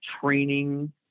training